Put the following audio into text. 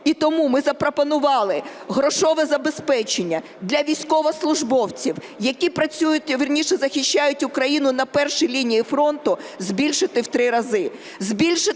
І тому ми запропонували грошове забезпечення для військовослужбовців, які працюють, вірніше, захищають Україну на першій лінії фронту, збільшити в три рази,